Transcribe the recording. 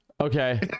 Okay